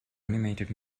animated